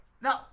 No